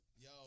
Yo